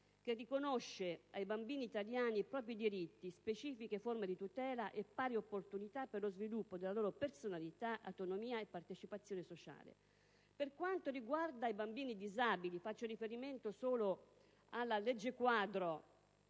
che riconosce ai bambini italiani i propri diritti, specifiche forme di tutela e pari opportunità per lo sviluppo della loro personalità, autonomia e partecipazione sociale. Per quanto riguarda i bambini disabili, faccio riferimento alla legge-quadro